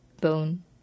bone